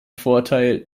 vorteil